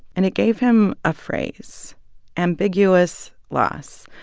and it gave him a phrase ambiguous loss,